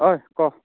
ঐ ক